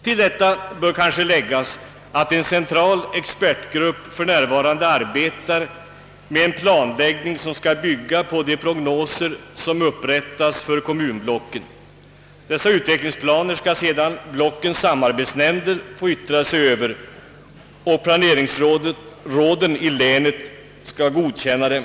Till detta bör kanske läggas att en central expertgrupp för närvarande arbetar med en planläggning, som skall bygga på de prognoser som upprättas för kommunblocken. Dessa utvecklingsplaner skall sedan blockens samarbetsnämnder få yttra sig över, och planeringsråden i länet kommer därefter att godkänna dem.